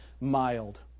mild